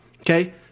okay